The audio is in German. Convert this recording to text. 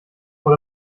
vor